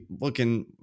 looking